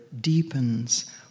deepens